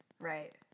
Right